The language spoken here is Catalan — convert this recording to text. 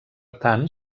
tant